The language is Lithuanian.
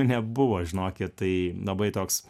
nebuvo žinokit tai labai toks